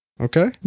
Okay